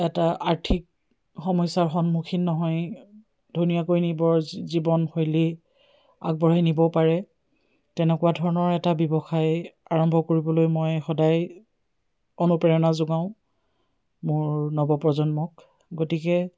এটা আৰ্থিক সমস্যাৰ সন্মুখীন নহয় ধুনীয়াকৈ নিবৰ জীৱনশৈলী আগবঢ়াই নিব পাৰে তেনেকুৱা ধৰণৰ এটা ব্যৱসায় আৰম্ভ কৰিবলৈ মই সদায় অনুপ্ৰেৰণা যোগাওঁ মোৰ নৱপ্ৰজন্মক গতিকে